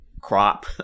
crop